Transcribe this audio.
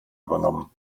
übernommen